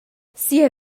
sia